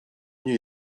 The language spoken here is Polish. nie